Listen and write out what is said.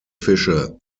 fische